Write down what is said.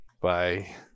Bye